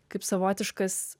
kaip savotiškas